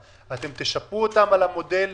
אתם תשפו אותם על המודל,